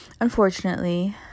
Unfortunately